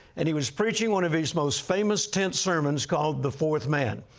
and he was preaching one of his most famous tent sermons called the fourth man.